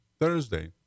Thursday